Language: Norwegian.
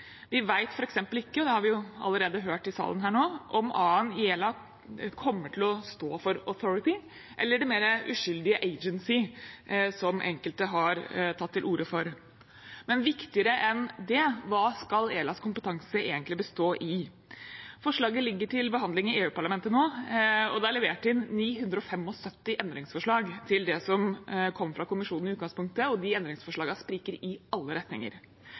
Vi vet f.eks. ikke – det har vi allerede hørt i salen her nå – om A-en i ELA kommer til å stå for «authority» eller det mer uskyldige «agency», som enkelte har tatt til orde for. Men viktigere enn det: Hva skal ELAs kompetanse egentlig bestå i? Forslaget ligger til behandling i EU-parlamentet nå. Det er levert inn 975 endringsforslag til det som kom fra Kommisjonen i utgangspunktet, og de endringsforslagene spriker i alle retninger.